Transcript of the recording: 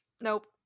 nope